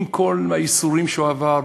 עם כל הייסורים שהוא עבר,